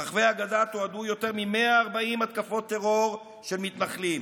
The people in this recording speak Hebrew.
ברחבי הגדה תועדו יותר מ-140 התקפות טרור של מתנחלים,